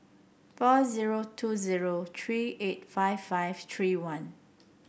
four zero two zero three eight five five three one